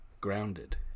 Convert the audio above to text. grounded